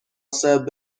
sir